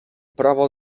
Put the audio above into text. prawo